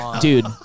Dude